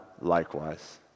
likewise